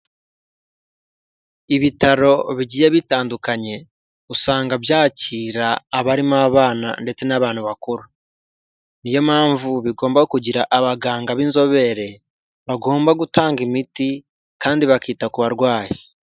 Ibitaro bigiye bitandukanye usanga byakira abarimo abana ndetse n'abantu bakuru, niyo mpamvu bigomba kugira abaganga b'inzobere bagomba gutanga imiti kandi bakita ku barwayi.